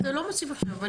לא, אתה לא מוסיף עכשיו.